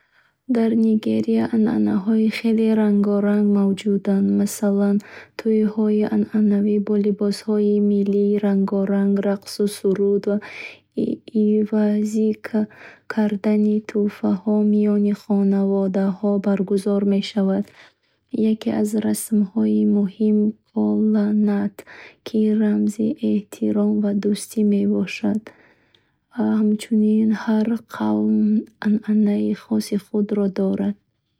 Дар Нигерия анъанаҳои хеле рангоранг мавҷуданд. Масалан, тӯйҳои анъанавӣ бо либосҳои миллии рангоранг, рақсу суруд ва иваз кардани тӯҳфаҳо миёни хонаводаҳо баргузор мешаванд. Яке аз расмҳои муҳим — “кола нат”, ки рамзи эҳтиром ва дӯстӣ мебошад. Ҳамчунин, ҳар қавм анъанаи хоси худро дорад.